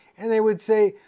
and they would say,